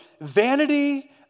Vanity